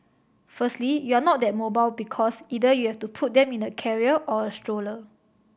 firstly you're not that mobile because either you have to put them in a carrier or a stroller